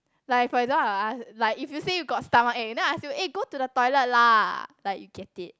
like for example I'll ask like if you say you got stomachache then I ask you eh go to the toilet lah like you get it